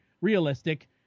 realistic